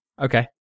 Okay